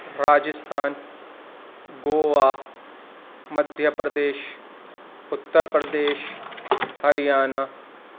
Rajasthan Goa Madhya Pradesh Uttar Pradesh Haryana